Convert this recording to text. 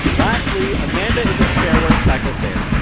lastly, amanda is a chairwork psychotherapist.